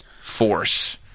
force